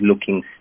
looking